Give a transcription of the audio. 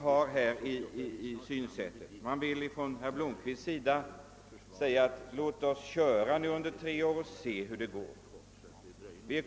Herr Blomkvist och de som har samma uppfattning som han vill fortsätta med verksamheten under tre år och se hur det går.